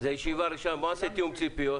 זו ישיבה ראשונה, בואו נעשה תיאום ציפיות.